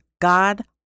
God